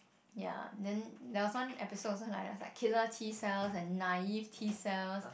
ya then there was one episode then I was like killer T cells and naive T cells